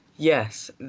Yes